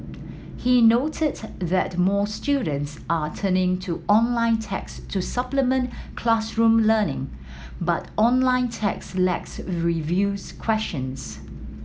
he noted that more students are turning to online text to supplement classroom learning but online text lacks reviews questions